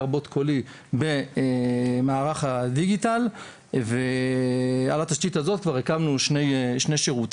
בוט קולי במערך הדיגיטל ועל התשתית הזו כבר הקמנו שני שירותים,